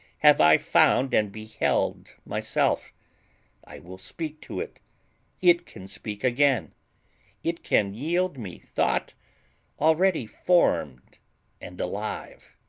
have i found and beheld myself i will speak to it it can speak again it can yield me thought already formed and alive